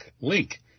link